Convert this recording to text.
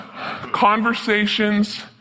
Conversations